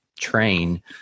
train